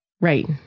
Right